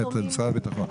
משרד הביטחון.